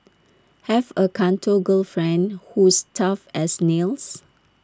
have A Canto girlfriend who's tough as nails